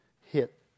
hit